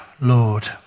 Lord